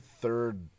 third